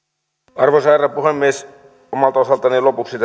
arvoisa herra puhemies omalta osaltani lopuksi